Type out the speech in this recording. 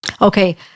Okay